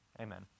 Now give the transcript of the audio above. Amen